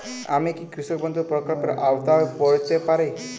আমি কি কৃষক বন্ধু প্রকল্পের আওতায় পড়তে পারি?